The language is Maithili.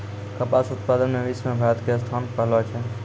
कपास उत्पादन मॅ विश्व मॅ भारत के स्थान पहलो छै